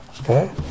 Okay